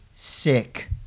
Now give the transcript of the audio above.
sick